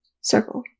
Circle